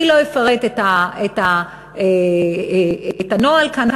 אני לא אפרט את הנוהל כאן,